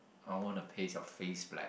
I wanna paste your face black